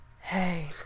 hey